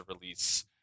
release